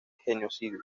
genocidio